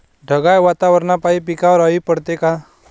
ढगाळ वातावरनापाई पिकावर अळी पडते का?